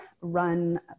run